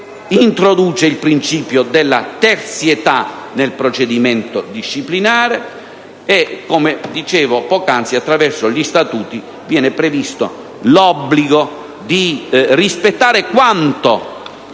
introduce il principio della terzietà nel procedimento disciplinare e, come dicevo poc'anzi, attraverso gli statuti viene previsto l'obbligo di rispettare quanto